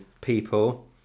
people